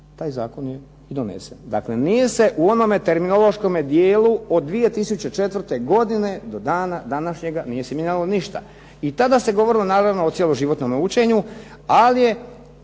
Taj zakon je i donesen. Dakle, nije se u onome terminološkome dijelu od 2004. godine do dana današnjega nije se mijenjalo ništa. I tada se govorilo naravno o cjeloživotnom učenju pa sa